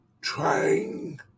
trying